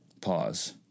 pause